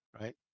right